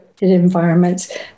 environments